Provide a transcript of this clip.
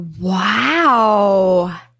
Wow